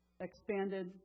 expanded